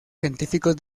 científicos